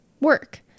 work